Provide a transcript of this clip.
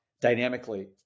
dynamically